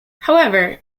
however